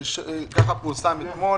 כך פורסם אתמול